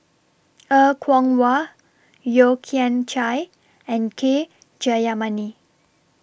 Er Kwong Wah Yeo Kian Chai and K Jayamani